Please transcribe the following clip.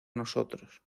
nosotros